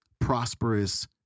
prosperous